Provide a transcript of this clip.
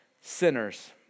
sinners